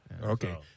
Okay